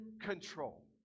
control